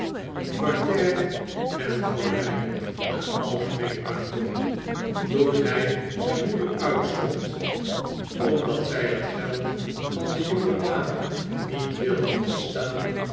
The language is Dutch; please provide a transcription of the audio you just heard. parterre en galerij een algemeen bravo toen hij zijn moeder uitschold omdat zij het geld van de jongedame niet wilde afstaan